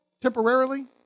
temporarily